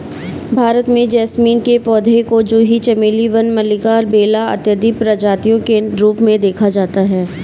भारत में जैस्मीन के पौधे को जूही चमेली वन मल्लिका बेला इत्यादि प्रजातियों के रूप में देखा जाता है